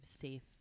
safe